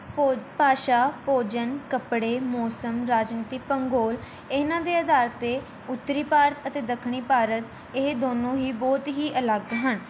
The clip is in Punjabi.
ਭੋ ਭਾਸ਼ਾ ਭੋਜਨ ਕੱਪੜੇ ਮੌਸਮ ਰਾਜਨੀਤੀ ਭੰਗੋਲ ਇਹਨਾਂ ਦੇ ਅਧਾਰ 'ਤੇ ਉੱਤਰੀ ਭਾਰਤ ਅਤੇ ਦੱਖਣੀ ਭਾਰਤ ਇਹ ਦੋਨੋਂ ਹੀ ਬਹੁਤ ਹੀ ਅਲੱਗ ਹਨ